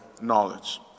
knowledge